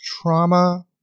trauma